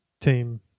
team